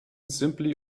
simply